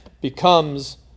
becomes